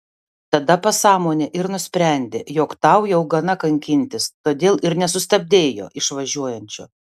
tada pasąmonė ir nusprendė jog tau jau gana kankintis todėl ir nesustabdei jo išvažiuojančio